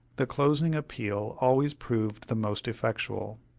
the closing appeal always proved the most effectual,